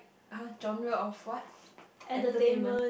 !huh! genre of what entertainment